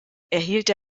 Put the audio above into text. erhielt